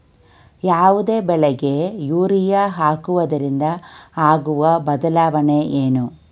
ಯಾವುದೇ ಬೆಳೆಗೆ ಯೂರಿಯಾ ಹಾಕುವುದರಿಂದ ಆಗುವ ಬದಲಾವಣೆ ಏನು?